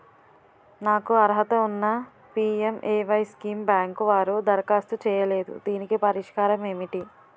నాకు అర్హత ఉన్నా పి.ఎం.ఎ.వై స్కీమ్ బ్యాంకు వారు దరఖాస్తు చేయలేదు దీనికి పరిష్కారం ఏమిటి?